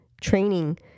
training